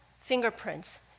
fingerprints